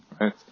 right